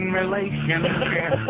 relationship